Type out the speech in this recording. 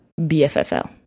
BFFL